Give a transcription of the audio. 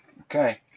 Okay